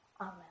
Amen